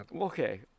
Okay